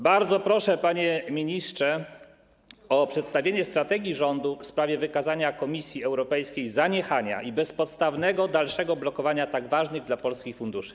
Bardzo proszę, panie ministrze, o przedstawienie strategii rządu w sprawie wykazania Komisji Europejskiej zaniechania i bezpodstawnego dalszego blokowania tak ważnych dla Polski funduszy.